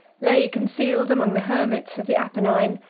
lay concealed among the hermits of the apennine,